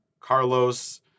Carlos